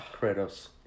Kratos